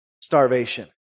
starvation